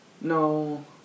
No